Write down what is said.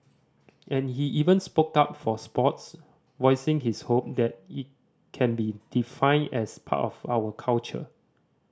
and he even spoke up for sports voicing his hope that it can be defined as part of our culture